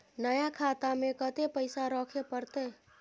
नया खाता में कत्ते पैसा रखे परतै?